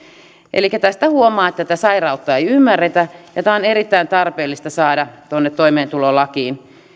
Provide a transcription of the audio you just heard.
elikkä tästä huomaa että tätä sairautta ei ymmärretä ja tämä on erittäin tarpeellista saada toimeentulolakiin